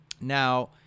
Now